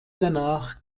danach